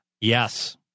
Yes